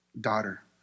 daughter